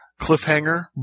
cliffhanger